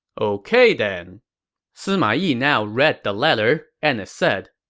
ok then sima yi now read the letter, and it said,